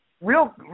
real